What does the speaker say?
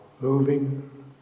moving